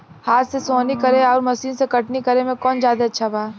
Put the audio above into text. हाथ से सोहनी करे आउर मशीन से कटनी करे मे कौन जादे अच्छा बा?